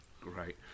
Great